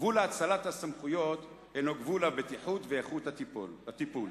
גבול האצלת הסמכויות הינו גבול הבטיחות ואיכות הטיפול,